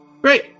Great